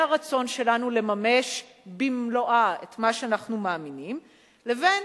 הרצון שלנו לממש במלואו את מה שאנחנו מאמינים בו לבין